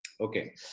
Okay